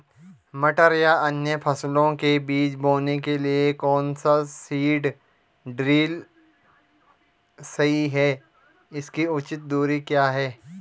मटर या अन्य फसलों के बीज बोने के लिए कौन सा सीड ड्रील सही है इसकी उचित दूरी क्या है?